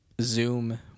Zoom